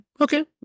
Okay